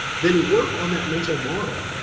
then work on that mental model,